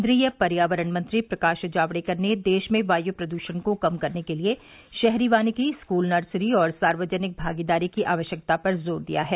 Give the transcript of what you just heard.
केंद्रीय पर्यावरण मंत्री प्रकाश जावड़ेकर ने देश में वायु प्रदूषण को कम करने के लिए शहरी वानिकी स्कूल नर्सरी और सार्वजनिक भागीदारी की आवश्यकता पर जोर दिया है